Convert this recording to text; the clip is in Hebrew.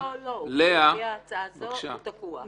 לא לא לא, לפי ההצעה הזו הוא תקוע.